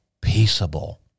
peaceable